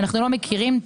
היחידה